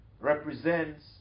represents